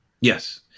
Yes